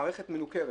המערכת מנוכרת.